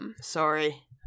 Sorry